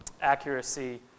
accuracy